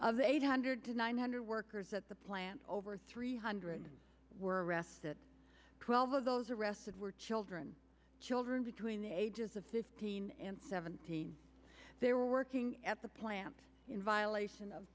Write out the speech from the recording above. of the eight hundred to nine hundred workers at the plant over three hundred were arrested twelve of those arrested were children children between the ages of fifteen and seventeen they were working at the plant in violation of